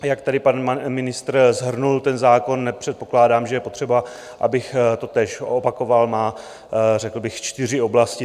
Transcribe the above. Jak tady pan ministr shrnul, ten zákon nepředpokládám, že je potřeba, abych totéž opakoval má řekl bych čtyři oblasti.